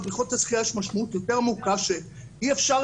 לבריכות השחייה יש משמעות יותר עמוקה שאי אפשר